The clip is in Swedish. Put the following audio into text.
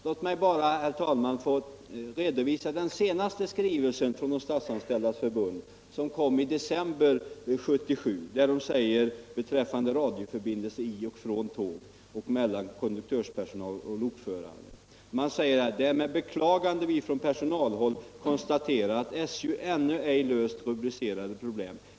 Låt mig bara, herr talman, få redovisa den senaste skrivelsen från Statsanställdas förbund — den kom i december 1977 — som beträffande radioförbindelse i och från tåg samt mellan konduktörspersonal och lokförare säger: ”Det är med beklagande vi från personalhåll konstaterar, att SJ ännu ej löst rubr. problem.